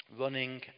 running